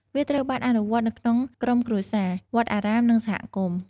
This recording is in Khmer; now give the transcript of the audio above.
វាត្រូវបានអនុវត្តនៅក្នុងក្រុមគ្រួសារ វត្តអារាម និងសហគមន៍។